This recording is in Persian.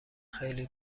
خیلی